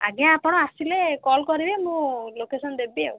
ଆଜ୍ଞା ଆପଣ ଆସିଲେ କଲ୍ କରିବେ ମୁଁ ଲୋକେସନ୍ ଦେବି ଆଉ